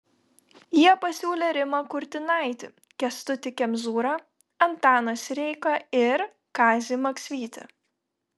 jie pasiūlė rimą kurtinaitį kęstutį kemzūrą antaną sireiką ir kazį maksvytį